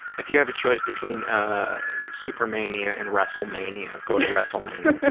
if you had a choice between super mania and wrestle mania, go to wrestle mania.